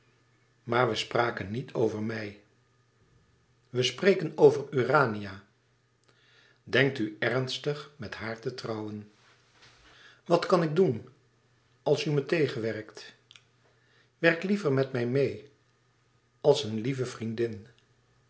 maar we spreken niet over mij we spreken over urania denkt u ernstig haar te trouwen wat kan ik doen als u me tegenwerkt werk liever met mij meê als een lieve vriendin